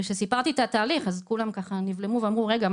וכשסיפרתי את התהליך כולם ככה נבלמו ואמרו: רגע,